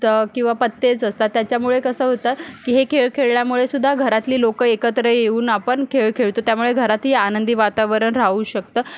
किंवा पत्तेच असतात त्याच्यामुळे कसं होतं की हे खेळ खेळल्यामुळे सुद्धा घरातली लोकं एकत्र येऊन आपण खेळ खेळतो त्यामुळे घरातही आनंदी वातावरण राहू शकतं